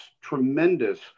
tremendous